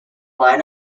line